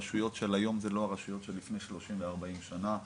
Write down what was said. רשויות של היום זה לא הרשויות של לפני 30 ו- 40 שנה,